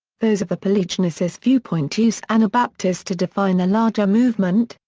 those of the polygenesis viewpoint use anabaptist to define the larger movement,